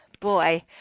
Boy